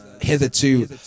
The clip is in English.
hitherto